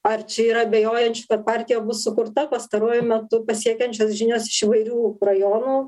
ar čia yra abejojančių kad partija bus sukurta pastaruoju metu pasiekiančios žinios iš įvairių rajonų